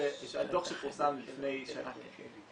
הדוח שפורסם לפני שנה כן.